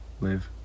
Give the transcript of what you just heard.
live